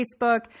Facebook